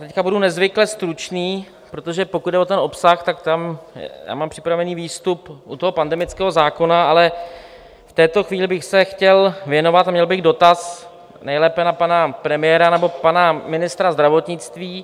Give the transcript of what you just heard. Já teď budu nezvykle stručný, protože pokud jde o ten obsah, tak tam mám připravený výstup u toho pandemického zákona, ale v této chvíli bych se chtěl věnovat a měl bych dotaz nejlépe na pana premiéra nebo pana ministra zdravotnictví.